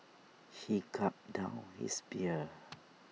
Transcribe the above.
he gulped down his beer